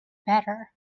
better